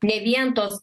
ne vien tos